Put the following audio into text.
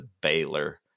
Baylor